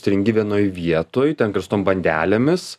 stringi vienoj vietoj ten kaip su tom bandelėmis